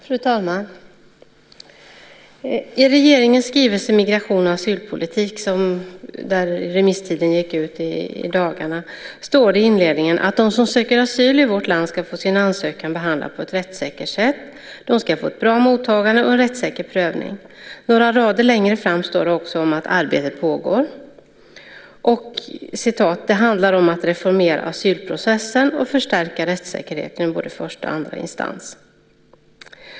Fru talman! I regeringens skrivelse Migration och asylpolitik , för vilken remisstiden gick ut i dagarna, står det i inledningen att de som söker asyl i vårt land ska få sin ansökan behandlad på ett rättssäkert sätt. De ska få ett bra mottagande och en rättssäker prövning. Några rader längre ned står det också att arbetet pågår. "Det handlar om att reformera asylprocessen och förstärka rättssäkerheten i både första och andra instans."